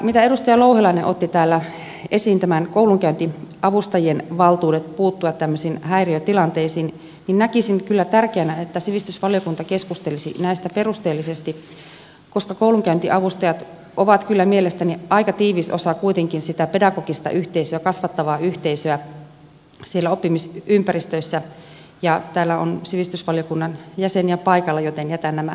kun edustaja louhelainen otti täällä esiin koulunkäyntiavustajien valtuudet puuttua tämmöisiin häiriötilanteisiin niin näkisin kyllä tärkeänä että sivistysvaliokunta keskustelisi näistä perusteellisesti koska koulunkäyntiavustajat ovat kyllä mielestäni aika tiivis osa kuitenkin sitä pedagogista yhteisöä kasvattavaa yhteisöä siellä oppimisympäristöissä ja täällä on sivistysvaliokunnan jäseniä paikalla joten jätän nämä terveiset heille